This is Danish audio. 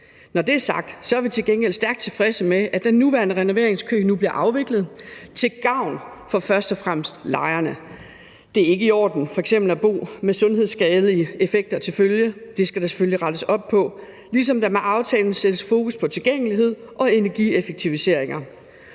Når det er sagt, er vi til gengæld stærkt tilfredse med, at den nuværende renoveringskø nu bliver afviklet til gavn for først og fremmest lejerne. Det er ikke i orden f.eks. at bo med sundhedsskadelige konsekvenser til følge, og det skal der selvfølgelig rettes op på, ligesom der med aftalen sættes fokus på tilgængelighed og energieffektiviseringer.